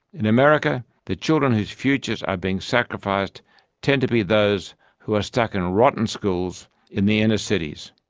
in america, the children whose futures are being sacrificed tend to be those who are stuck in rotten schools in the inner cities.